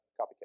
copycat